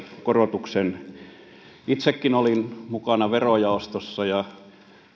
korotuksen poisto itsekin olin mukana verojaostossa ja